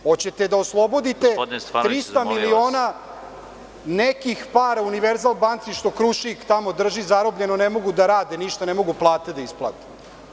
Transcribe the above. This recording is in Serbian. Hoćete da oslobodite 300 miliona nekih para „Univerzal banke“ što „Krušik“ drži zarobljeno, ne mogu da rade, ne mogu plate da isplate.